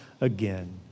again